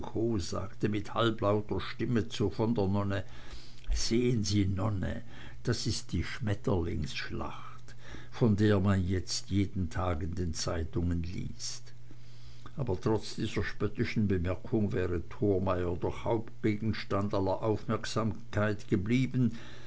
sagte mit halblauter stimme zu von der nonne sehn sie nonne das ist die schmetterlingsschlacht von der man jetzt jeden tag in den zeitungen liest aber trotz dieser spöttischen bemerkung wäre thormeyer doch hauptgegenstand aller aufmerksamkeit geblieben